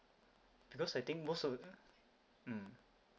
because I think most of mm